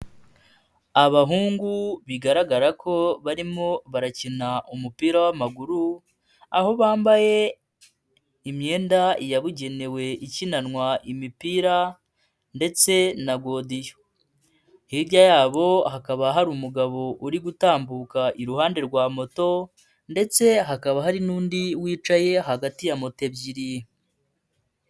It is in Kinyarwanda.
Abahungu bigaragara ko barimo barakina umupira w'amaguru. Aho bambaye imyenda yabugenewe ikinanwa imipira ndetse na godiyo. Hirya yabo hakaba hari umugabo uri gutambuka iruhande rwa moto ndetse hakaba hari n'undi wicaye hagati ya moto ebyiri.